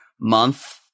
month